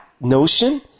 notion